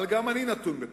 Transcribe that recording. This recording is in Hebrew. אבל גם אני נתון בתוכו.